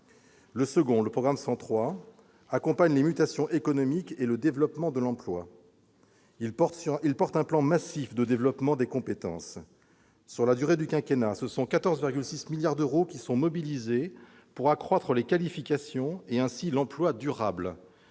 Le programme 103 vise à accompagner les mutations économiques et le développement de l'emploi et porte un plan massif de développement des compétences. Sur la durée du quinquennat, 14,6 milliards d'euros seront mobilisés pour accroître les qualifications et donc l'emploi durable,